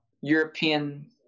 European